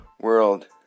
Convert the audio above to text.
world